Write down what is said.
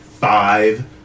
five